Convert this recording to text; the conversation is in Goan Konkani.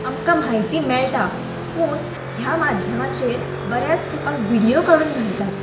आमकां म्हायती मेळटा पूण ह्या माध्यमाचेर बऱ्याच खेपाक व्हिडियो काडून घालतात